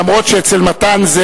אף-על-פי שאצל מתן זה